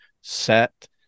set